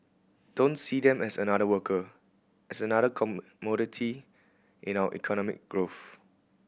don't see them as another worker as another commodity in our economic growth